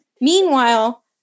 meanwhile